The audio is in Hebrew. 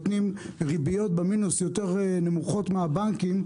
ונותנות ריביות במינוס יותר נמוכות מהבנקים,